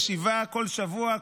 ישיבה בכל שבוע,